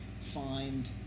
find